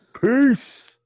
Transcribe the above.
Peace